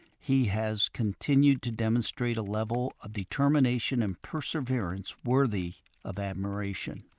he has continued to demonstrate a level of determination and perseverance worthy of admiration.